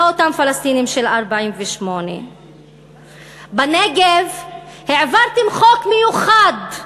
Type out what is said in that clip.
לא אותם פלסטינים של 1948. בנגב העברתם חוק מיוחד,